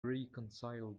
reconcile